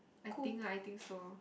I think lah I think so